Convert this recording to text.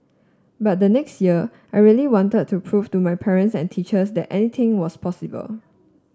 but the next year I really wanted to prove to my parents and teachers that anything was possible